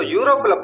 Europe